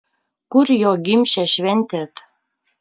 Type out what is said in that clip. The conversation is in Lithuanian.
kur jo gimšę šventėt